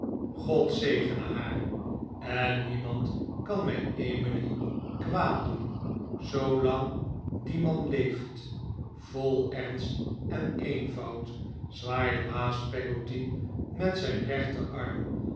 god zegene haar en niemand kan mijn emily kwaad doen zoolang die man leeft vol ernst en eenvoud zwaaide baas peggotty met zijn rechterarm